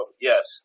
Yes